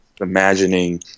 Imagining